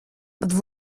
but